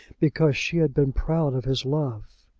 because she had been proud of his love!